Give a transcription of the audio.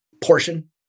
portion